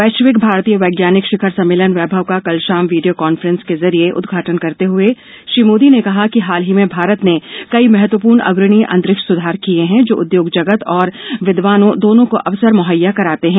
वैश्विक भारतीय वैज्ञानिक शिखर सम्मेलन वैभव का कल शाम वीडियो कॉन्फ्रेंस के जरिए उद्घाटन करते हुए श्री मोदी ने कहा कि हाल ही में भारत ने कई महत्वपूर्ण अग्रणी अंतरिक्ष सुधार किए हैं जो उद्योग जगत और विद्वानों दोनों को अवसर मुहैया कराते हैं